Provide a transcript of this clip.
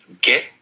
get